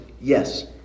yes